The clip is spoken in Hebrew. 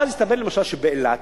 ואז הסתבר למשל שבאילת